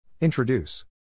Introduce